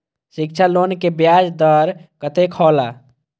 शिक्षा लोन के ब्याज दर कतेक हौला?